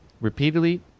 repeatedly